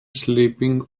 sleeping